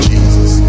Jesus